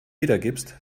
wiedergibst